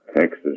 Texas